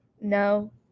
No